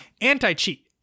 Anti-cheat